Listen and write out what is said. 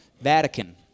Vatican